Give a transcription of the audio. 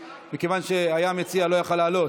שמכיוון שהוא המציע לא יכול היה לעלות,